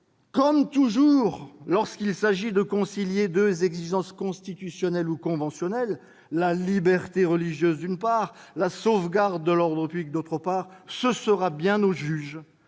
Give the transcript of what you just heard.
comme toujours lorsqu'il s'agit de concilier deux exigences constitutionnelles ou conventionnelles- la liberté religieuse, d'une part, et la sauvegarde de l'ordre public, d'autre part -, il appartiendra au juge,